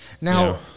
Now